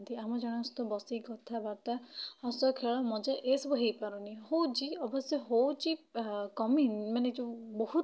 ଯେମିତି ଆମେ ଜଣକ ସହିତ ବସିକି କଥାବାର୍ତ୍ତା ହସ ଖେଳ ମଜା ଏସବୁ ହେଇପାରୁନି ହେଉଛି ଅବଶ୍ୟ ହେଉଛି କମିନି ମାନେ ଯୋଉ ବହୁତ